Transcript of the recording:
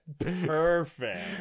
Perfect